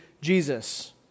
Jesus